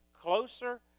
closer